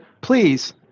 please